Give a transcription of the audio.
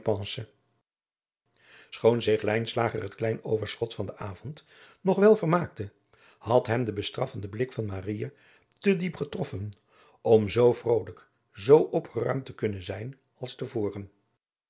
schoon zich lijnslager het klein overschot van den avond nog wel vermaakte had hem de bestraffende blik van maria te diep getroffen om zoo vrolijk zoo opgeruimd te kunnen zijn als te voren